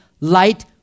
light